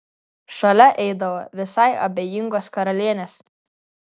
šalia eidavo visai abejingos karalienės